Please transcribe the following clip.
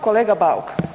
Kolega Bauk.